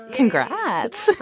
Congrats